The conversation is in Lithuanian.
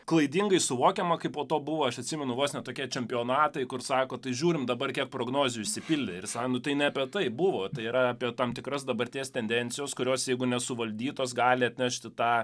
klaidingai suvokiama kaip po to buvo aš atsimenu vos ne tokie čempionatai kur sako tai žiūrim dabar kiek prognozių išsipildė ir sako nu ne apie taip buvo tai yra apie tam tikras dabarties tendencijos kurios jeigu nesuvaldytos gali atnešti tą